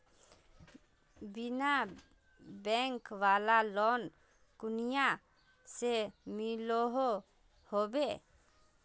बिना बैंक वाला लोन कुनियाँ से मिलोहो होबे?